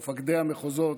מפקדי המחוזות